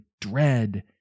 dread